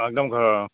একদম ঘৰৰ অঁ